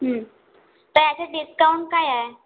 तर याच्यात डिस्काऊंट काय आहे